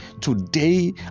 today